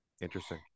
interesting